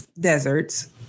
deserts